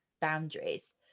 boundaries